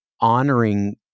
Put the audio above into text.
honoring